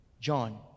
John